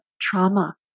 trauma